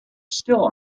still